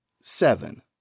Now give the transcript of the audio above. Seven